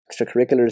extracurriculars